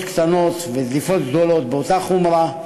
קטנות ולדליפות גדולות באותה החומרה.